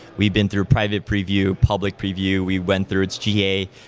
we've been through private preview, public preview, we went through its ga.